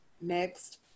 Next